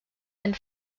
and